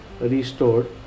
restored